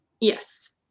Yes